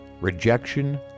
Rejection